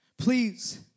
Please